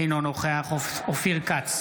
אינו נוכח אופיר כץ,